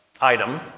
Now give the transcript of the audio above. item